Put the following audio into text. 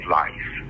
life